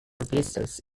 visitors